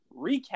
recap